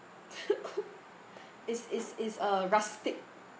it's it's it's a rustic